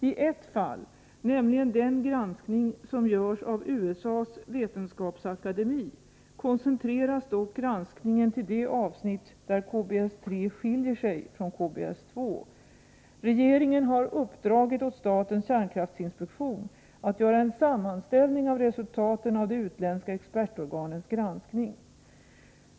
I ett fall, nämligen den granskning som görs av USA:s vetenskapsakademi, koncentreras dock granskningen till de avsnitt där KBS-3 skiljer sig från KBS-2. Regeringen har uppdragit åt statens kärnkraftinspektion att göra en sammanställning av resultaten av de utländska expertorganens granskning.